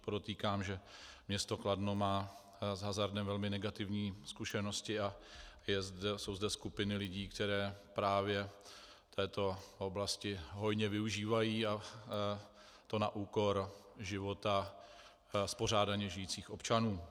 Podotýkám, že město Kladno má s hazardem velmi negativní zkušenosti a jsou zde skupiny lidí, které právě této oblasti hodně využívají, a to na úkor života spořádaně žijících občanů.